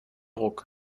ruck